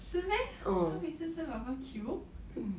是 meh 他每次吃 barbecue